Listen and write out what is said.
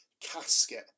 casket